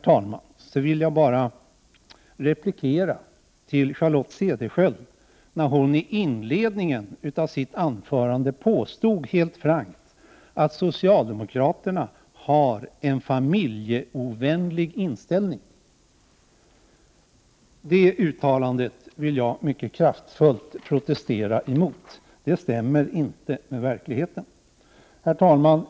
Till sist vill jag bara replikera Charlotte Cederschiöld, som i inledningen av sitt anförande helt frankt påstod att socialdemokraterna har en familjeovänlig inställning. Det uttalandet vill jag mycket kraftfullt protestera emot. Det stämmer inte med verkligheten. Herr talman!